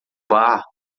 bar